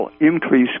increase